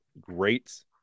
great